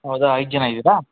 ಹೌದಾ ಐದು ಜನ ಇದ್ದೀರ